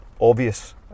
obvious